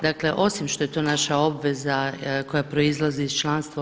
Dakle, osim što je to naša obveza koja proizlazi iz članstva u EU.